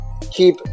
keep